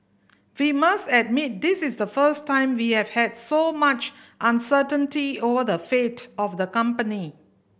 we must admit this is the first time we have had so much uncertainty over the fate of the company